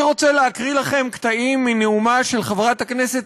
אני רוצה להקריא לכם קטעים מנאומה של חברת הכנסת